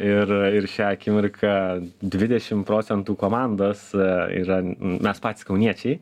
ir ir šią akimirką dvidešim procentų komandos yra mes patys kauniečiai